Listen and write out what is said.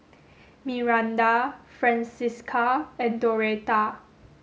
Myranda Francisca and Doretta